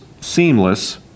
seamless